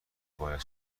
باید